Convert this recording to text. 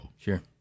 Sure